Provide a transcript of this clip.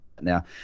Now